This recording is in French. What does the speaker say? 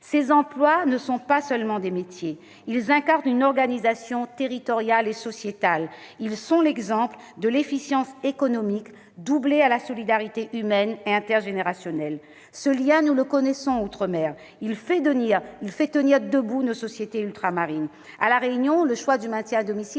Ces emplois ne sont pas seulement des métiers, ils incarnent une organisation territoriale et sociétale, ils sont l'exemple de l'efficience économique couplée à la solidarité humaine et intergénérationnelle. Nous connaissons bien ce lien outre-mer : il fait tenir debout nos sociétés ultramarines. À La Réunion, nous avons fait le choix du maintien à domicile